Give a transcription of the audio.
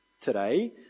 today